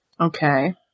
Okay